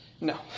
No